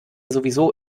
sowieso